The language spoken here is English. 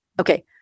Okay